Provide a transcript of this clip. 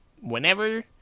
whenever